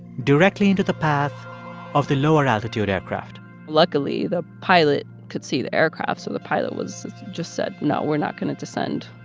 directly into the path of the lower-altitude aircraft luckily, the pilot could see the aircraft, so the pilot was just said, no, we're not going to descend.